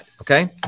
okay